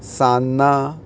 सान्नां